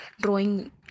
drawing